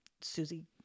Susie